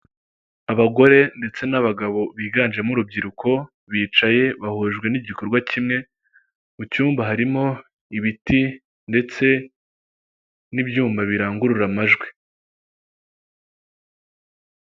Inzu igurishwa iba iherereye i Kanombe mu mujyi wa Kigali ifite ibyumba bine n'ubwogero butatu ikaba ifite amadirishya atatu manini n'umuryango munini ifite urubaraza rusashemo amabuye y'umweru n'umutuku ifite ibikuta bisize amabara y'umweru n'icyatsi n'amabati manini.